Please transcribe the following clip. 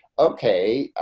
okay,